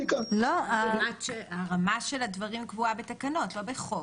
הרמה של הדברים קבועה בתקנות, לא בחוק.